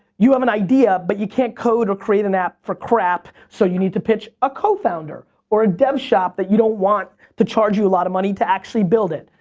you have an idea but you can't code or create an app for crap, so you need to pitch a co-founder or a dev shop that you don't want to charge you a lot of money to actually build it.